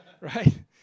right